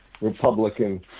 Republican